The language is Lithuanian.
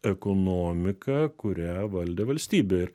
ekonomiką kurią valdė valstybę ir